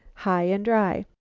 high and dry.